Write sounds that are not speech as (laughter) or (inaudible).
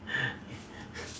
(laughs)